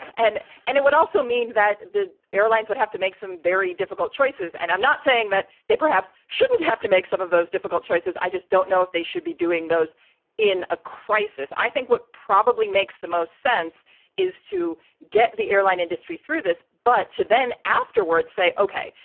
and and it would also mean that the airlines would have to make some very difficult choices. and i'm not saying that they perhaps shouldn't have to make some of those difficult choices. i just don't know if they should be doing doing those in a crisis. i think what probably makes the most sense is to get the airline industry through this. but to then afterwards say, ok,